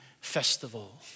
festival